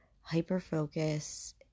hyper-focus